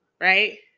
right